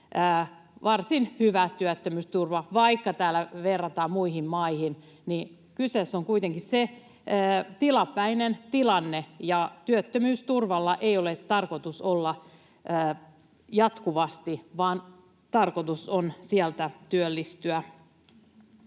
varsin hyvä työttömyysturva, vaikka täällä verrataan muihin maihin. Kyseessä on kuitenkin tilapäinen tilanne, ja työttömyysturvalla ei ole tarkoitus olla jatkuvasti, vaan tarkoitus on sieltä työllistyä.